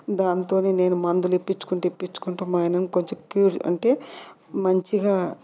దాంతోనే నేను మందులు ఇప్పించుకుంటే ఇప్పించుకుంటూ మా ఆయనను కొంచెం క్యూర్ అంటే మంచిగా